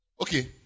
Okay